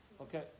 Okay